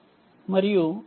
మరియు 4